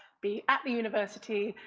be at the university,